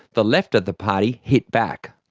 the left of the party hit back.